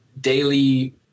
daily